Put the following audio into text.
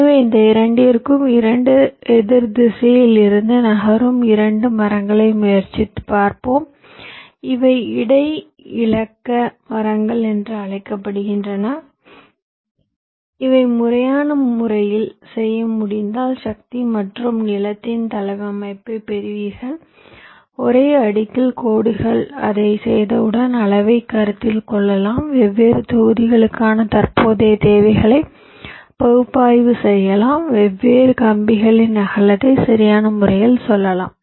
எனவே இந்த இரண்டிற்கும் இரண்டு எதிர் திசையில் இருந்து நகரும் இரண்டு மரங்களை முயற்சித்துப் பார்ப்போம் இவை இடை இலக்க மரங்கள் என்று அழைக்கப்படுகின்றன இதை முறையான முறையில் செய்ய முடிந்தால் சக்தி மற்றும் நிலத்தின் தளவமைப்பைப் பெறுவீர்கள் ஒரே அடுக்கில் கோடுகள் அதைச் செய்தவுடன் அளவைக் கருத்தில் கொள்ளலாம் வெவ்வேறு தொகுதிகளுக்கான தற்போதைய தேவைகளை பகுப்பாய்வு செய்யலாம் வெவ்வேறு கம்பிகளின் அகலத்தை சரியான முறையில் சொல்லலாம்